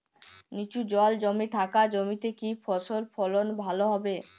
নিচু জল জমে থাকা জমিতে কি ফসল ফলন ভালো হবে?